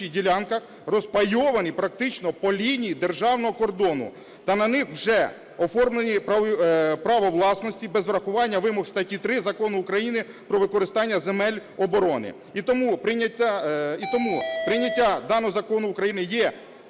І тому прийняття даного закону України